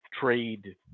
trade